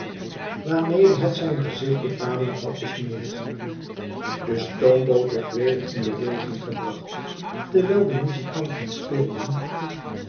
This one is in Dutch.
hand waarmedehet zijn gezichtje tamelijk had besmuld de stoomboot werd weder in beweging gebracht terwijl de muzikanten speelden